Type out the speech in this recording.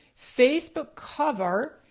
facebook cover,